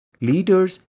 Leaders